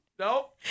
Nope